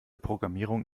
programmierung